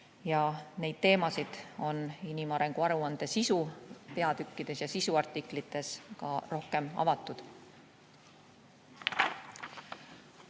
Ja neid teemasid on inimarengu aruande sisupeatükkides ja sisuartiklites ka rohkem avatud.